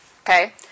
Okay